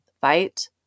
fight